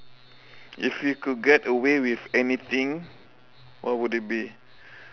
if you could get away with anything what would it be